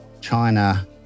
China